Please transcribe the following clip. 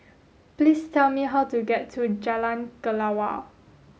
please tell me how to get to Jalan Kelawar